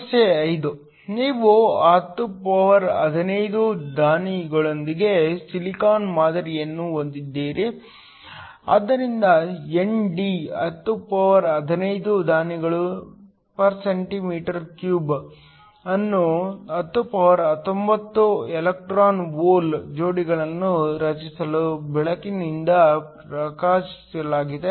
ಸಮಸ್ಯೆ 5 ನೀವು 1015 ದಾನಿಗಳೊಂದಿಗೆ ಸಿಲಿಕಾನ್ ಮಾದರಿಯನ್ನು ಹೊಂದಿದ್ದೀರಿ ಆದ್ದರಿಂದ ND 1015 ದಾನಿಗಳು cm 3 ಅನ್ನು 1019 ಎಲೆಕ್ಟ್ರಾನ್ ಹೋಲ್ ಜೋಡಿಗಳನ್ನು ರಚಿಸಲು ಬೆಳಕಿನಿಂದ ಪ್ರಕಾಶಿಸಲಾಗಿದೆ